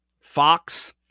Fox